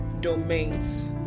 domains